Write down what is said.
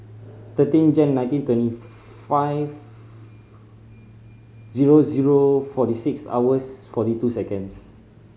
thirteen Jan nineteen twenty five zero zero forty six hours forty two seconds